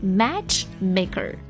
matchmaker